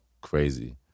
crazy